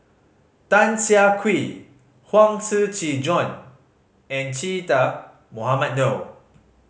Tan Siah Kwee Huang Shiqi Joan and Che Dah Mohamed Noor